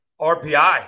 RPI